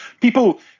people